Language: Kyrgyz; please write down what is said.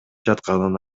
жатканын